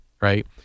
right